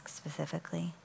specifically